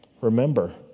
remember